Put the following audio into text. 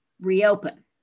reopen